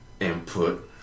input